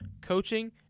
coaching